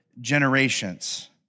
generations